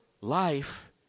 life